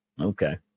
Okay